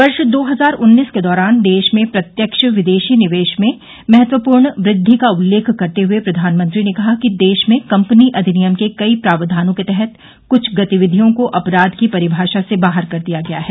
वर्ष दो हजार उन्नीस के दौरान देश में प्रत्यक्ष विदेशी निवेश में महत्वपूर्ण वृद्धि का उल्लेख करते हुए प्रधानमंत्री ने कहा कि देश में कम्पनी अधिनियम के कई प्रावधानों के तहत कृछ गतिविधियों को अपराध की परिभाषा से बाहर कर दिया गया है